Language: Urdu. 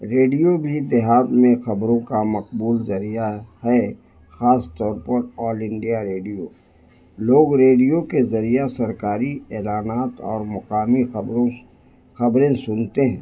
ریڈیو بھی دیہات میں خبروں کا مقبول ذریعہ ہے خاص طور پر آل انڈیا ریڈیو لوگ ریڈیو کے ذریعہ سرکاری اعلانات اور مقامی خبروں خبریں سنتے ہیں